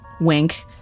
Wink